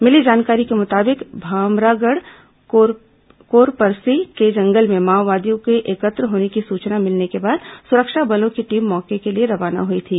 मिली जानकारी के मुताबिक भामरागढ़ कोरपरसी के जंगल में माओवादियों के एकत्र होने की सूचना मिलने के बाद सुरक्षा बलों की टीम मौके के लिए रवाना हुई थी